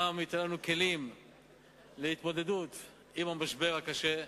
גם ייתן לנו כלים להתמודדות עם המשבר הקשה.